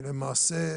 ולמעשה,